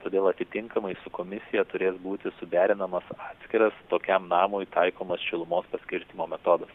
todėl atitinkamai su komisija turės būti suderinamas atskiras tokiam namui taikomas šilumos paskirstymo metodas